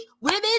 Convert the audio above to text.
women